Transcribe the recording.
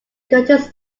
curtains